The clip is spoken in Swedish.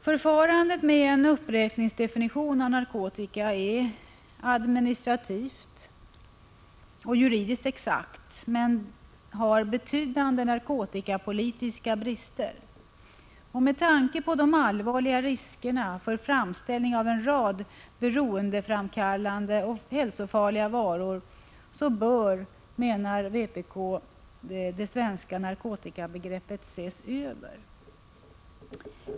Förfarandet med en uppräkningsdefinition av narkotika är administrativt och juridiskt exakt, men har betydande narkotikapolitiska brister. Med tanke på de allvarliga riskerna för framställning av en rad beroendeframkallande och hälsofarliga varor bör, menar vpk, det svenska narkotikabegreppet ses över.